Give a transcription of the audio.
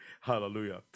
Hallelujah